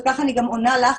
וככה אני גם עונה לך,